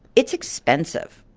it's expensive.